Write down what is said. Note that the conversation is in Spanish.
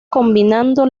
combinando